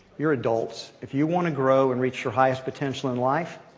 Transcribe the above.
you're adults. if you want to grow and reach your highest potential in life,